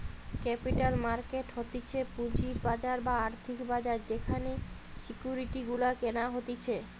capital market হতিছে পুঁজির বাজার বা আর্থিক বাজার যেখানে সিকিউরিটি গুলা কেনা হতিছে